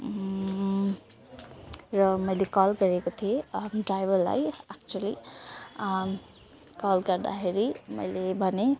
र मैले कल गरेको थिएँ आफ्नो ड्राइभरलाई एक्चुवली कल गर्दाखेरि मैले भनेँ